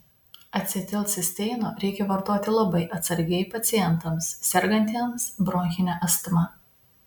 acetilcisteino reikia vartoti labai atsargiai pacientams sergantiems bronchine astma